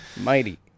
Mighty